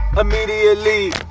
immediately